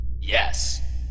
Yes